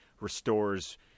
restores